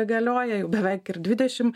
galioja jau beveik ir dvidešim